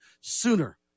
sooner